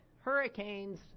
Hurricanes